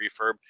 refurb